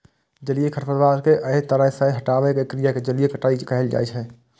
जलीय खरपतवार कें एहि तरह सं हटाबै के क्रिया कें जलीय कटाइ कहल जाइ छै